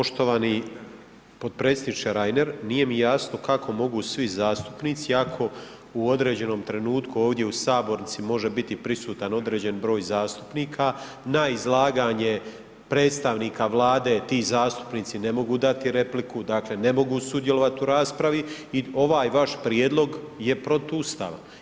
Poštovani potpredsjedniče Reiner, nije mi jasno kako mogu svi zastupnici, ako u određenom trenutku ovdje u sabornici može biti prisutan određen broj zastupnika na izlaganje predstavnika Vlade ti zastupnici ne mogu dati repliku, dakle ne mogu sudjelovati u raspravi i ovaj vaš prijedlog je protuustavan.